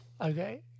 okay